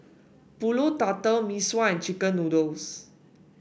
pulut tatal Mee Sua and chicken noodles